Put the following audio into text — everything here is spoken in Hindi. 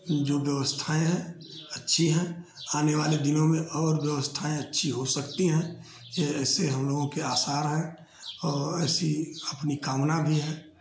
जो व्यवस्थाएँ हैं अच्छी हैं आने वाले दिनों में और व्यवस्थाएँ अच्छी हो सकती हैं यह ऐसे हमलोगों के आसार हैं और ऐसी अपनी कामना भी है